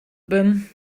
bin